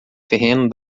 terreno